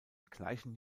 gleichen